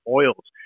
oils